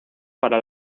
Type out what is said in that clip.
para